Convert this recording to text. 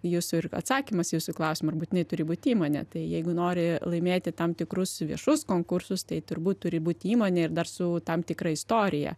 jūsų ir atsakymas į jūsų klausimą tai būtinai turi būt įmonė tai jeigu nori laimėti tam tikrus viešus konkursus tai turbūt turi būti įmonė ir dar su tam tikra istorija